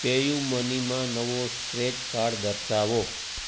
પેયુમનીમાં નવો scratch card દર્શાવો